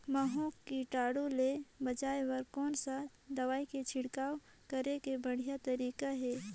महू कीटाणु ले बचाय बर कोन सा दवाई के छिड़काव करे के बढ़िया तरीका हे?